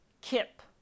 Kip